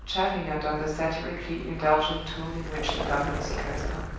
chafing under the satirically indulgent tone in which the governess addressed her.